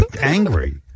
angry